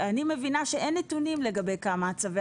כי אני מבינה שאין נתונים לגבי כמה צווי